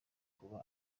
kuba